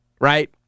right